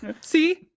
See